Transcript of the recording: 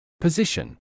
position